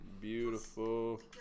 beautiful